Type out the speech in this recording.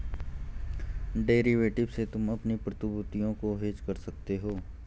derivative से तुम अपनी प्रतिभूतियों को हेज कर सकते हो